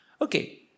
Okay